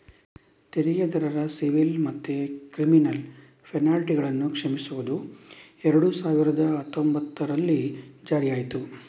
ತೆರಿಗೆದಾರರ ಸಿವಿಲ್ ಮತ್ತೆ ಕ್ರಿಮಿನಲ್ ಪೆನಲ್ಟಿಗಳನ್ನ ಕ್ಷಮಿಸುದು ಎರಡು ಸಾವಿರದ ಹತ್ತೊಂಭತ್ತರಲ್ಲಿ ಜಾರಿಯಾಯ್ತು